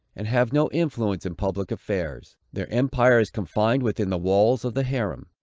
and have no influence in public affairs. their empire is confined within the walls of the harem.